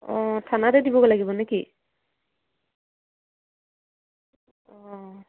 অঁ থানাতে দিবগৈ লাগিব নে কি অঁ